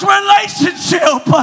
relationship